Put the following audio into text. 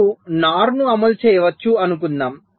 మీరు NOR ను అమలు చేయవచ్చు అనుకుందాం